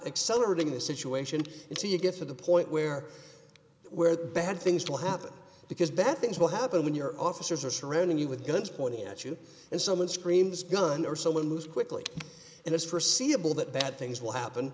accelerating the situation and so you get to the point where where the bad things will happen because bad things will happen when your officers are surrounding you with guns pointing at you and someone screams gun or someone moves quickly and it's forseeable that bad things will happen